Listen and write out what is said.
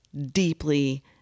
deeply